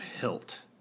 hilt